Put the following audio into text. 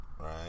Right